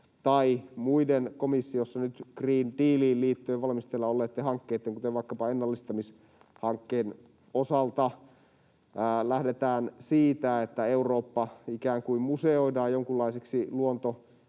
tai muiden komissiossa nyt Green Dealiin liittyen valmisteilla olleitten hankkeiden, kuten vaikkapa ennallistamishankkeen, osalta, joissa lähdetään siitä, että Eurooppa ikään kuin museoidaan jonkunlaiseksi luontoreservaatiksi,